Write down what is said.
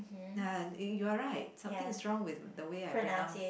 ya you're right something is wrong with the way I pronounce